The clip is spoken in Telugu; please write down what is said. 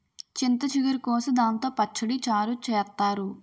చింత చిగురు కోసి దాంతో పచ్చడి, చారు చేత్తారు